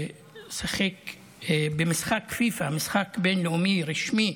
ששיחק במשחק פיפ"א בין-לאומי רשמי,